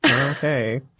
okay